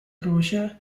croce